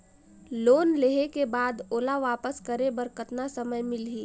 Loan लेहे के बाद ओला वापस करे बर कतना समय मिलही?